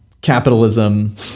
capitalism